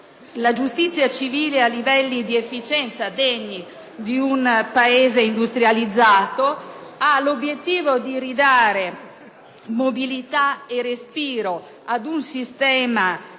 la giustizia civile a livelli di efficienza degni di un Paese industrializzato, di ridare mobilitae respiro ad un sistema